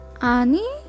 Ani